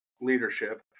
leadership